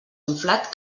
inflat